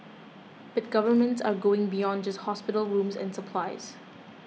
but governments are going beyond just hospital rooms and supplies